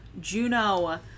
Juno